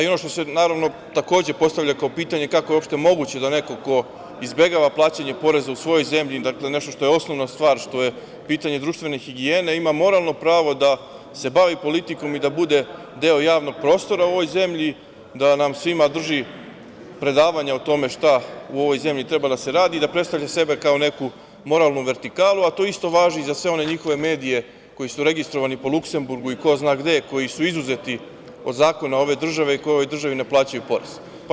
Ono što se takođe postavlja kao pitanje – kako je uopšte moguće da neko ko izbegava plaćanje poreza u svojoj zemlji, nešto što je osnovna stvar, što je pitanje društvene higijene, ima moralno pravo da se bavi politikom i da bude deo javnog prostora u ovoj zemlji, da nam svima drži predavanja o tome šta u ovoj zemlji treba da se radi, da predstavlja sebe kao neku moralnu vertikalu, a to isto važi i za sve one njihove medije koji su registrovani po Luksemburgu i ko zna gde, koji su izuzeti od zakona ove države i koji u ovoj državi ne plaćaju porez?